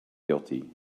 guilty